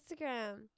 Instagram